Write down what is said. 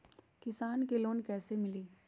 किसान के लोन कैसे मिली?